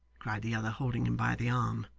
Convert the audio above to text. cried the other, holding him by the arm.